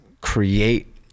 create